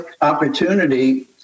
opportunity